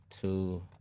two